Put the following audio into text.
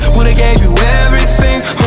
woulda gave you everything